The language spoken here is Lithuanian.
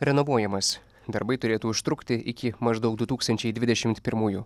renovuojamas darbai turėtų užtrukti iki maždaug du tūkstančiai dvidešimt pirmųjų